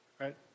right